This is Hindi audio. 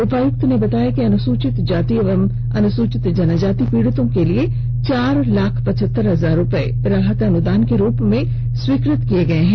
उपायुक्त ने बताया कि अनुसूचित जाति एवं अनुसूचित जनजाति पीड़ितों के लिए चार लाख पचहत्तर हजार रूपये राहत अनुदान के रूप में स्वीकृत किए गए हैं